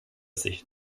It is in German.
sich